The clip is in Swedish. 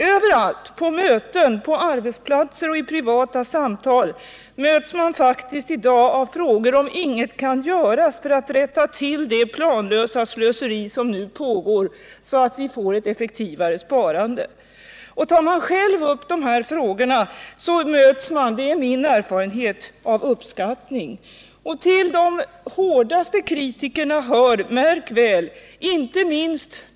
Överallt, på möten, på arbetsplatser och i privata samtal, möts man i dag faktiskt av frågor om ingenting kan göras Nr 52 för att rätta till det planlösa slöseri som pågår, så att vi får ett effektivare sparande. Tar man själv upp de här frågorna möts man —det är min erfarenhet — av uppskattning. Till de hårdaste kritikerna hör — märk väl!